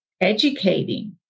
educating